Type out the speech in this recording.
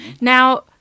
Now